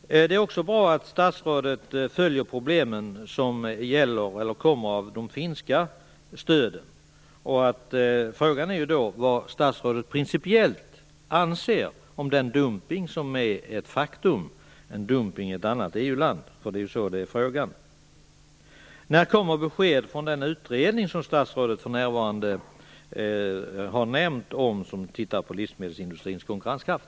Det är bra att statsrådet följer de problem som följer av de finska stöden. Frågan är vad statsrådet principiellt anser om den dumpning som är ett faktum. Det är ju fråga om dumpning i ett annat EU-land. När kommer besked från den utredning som statsrådet talar om, och som för närvarande tittar på livsmedelsindustrins konkurrenskraft?